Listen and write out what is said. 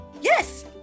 Yes